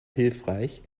hilfreich